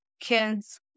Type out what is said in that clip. Kids